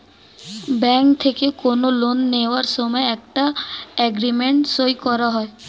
bank থেকে কোনো loan নেওয়ার সময় একটা এগ্রিমেন্ট সই করা হয়